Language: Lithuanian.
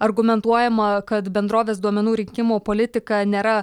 argumentuojama kad bendrovės duomenų rinkimo politika nėra